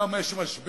כמה יש משבר,